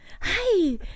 Hi